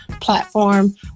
platform